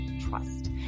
trust